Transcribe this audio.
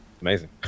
amazing